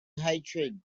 hatred